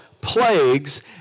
plagues